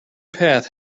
path